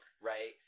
Right